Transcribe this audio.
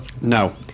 no